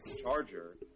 charger